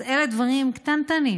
אז אלה דברים קטנטנים,